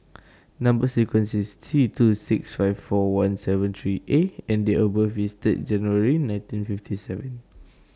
Number sequence IS T two six five four one seven three A and Date of birth IS Third January nineteen fifty seven